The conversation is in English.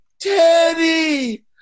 teddy